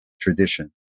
tradition